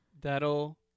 that'll